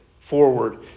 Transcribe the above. forward